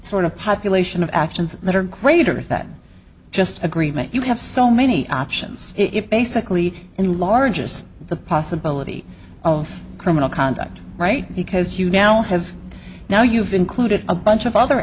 sort of population of actions that are greater than just agreement you have so many options it basically and largest the possibility of criminal conduct right because you now have now you've included a bunch of other